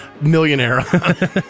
Millionaire